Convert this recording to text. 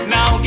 Now